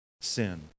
sin